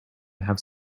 have